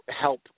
help